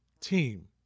team